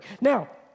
Now